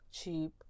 cheap